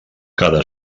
cada